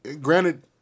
granted